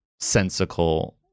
sensical